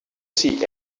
see